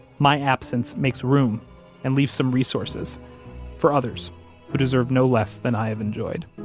my absence makes room and leave some resources for others who deserve no less than i have enjoyed.